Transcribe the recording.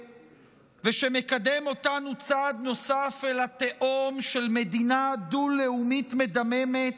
ושמקדם אותנו צעד נוסף אל התהום של מדינה דו-לאומית מדממת